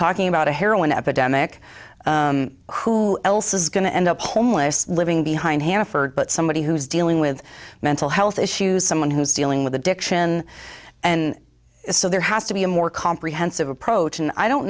talking about a heroin epidemic who else is going to end up homeless living behind hannaford but somebody who is dealing with mental health issues someone who's dealing with addiction and so there has to be a more comprehensive approach and i don't